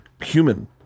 human